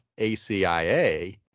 ACIA